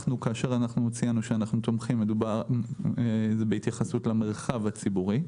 כאשר אנחנו ציינו שאנחנו תומכים זה בהתייחסות למרחב הציבורי.